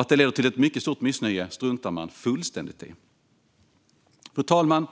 Att det leder till ett mycket stort missnöje struntar man fullständigt i. Fru talman!